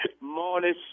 Morning